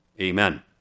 amen